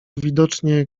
widocznie